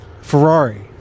Ferrari